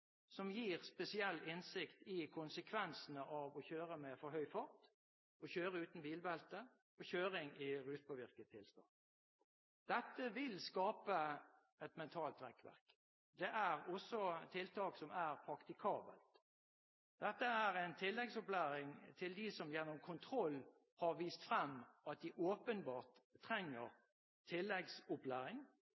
som gir spesiell innsikt i konsekvensene av å kjøre med for høy fart, å kjøre uten bilbelte og kjøring i ruspåvirket tilstand. Dette vil skape et mentalt rekkverk. Det er også tiltak som er mulig å praktisere. Dette er en tilleggsopplæring for dem som gjennom kontroll har vist at de åpenbart trenger